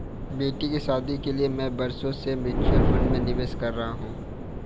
बेटी की शादी के लिए मैं बरसों से म्यूचुअल फंड में निवेश कर रहा हूं